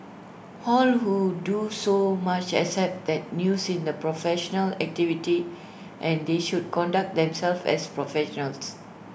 how who do so much accept that news is A professional activity and they should conduct themselves as professionals